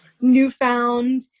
newfound